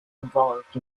involved